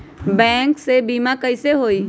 Bank से बिमा कईसे होई?